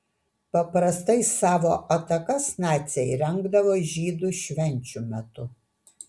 paprastai savo atakas naciai rengdavo žydų švenčių metu